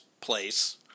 place